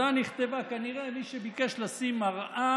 כנראה מישהו ביקש לשים מראה